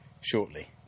shortly